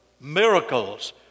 miracles